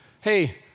Hey